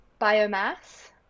biomass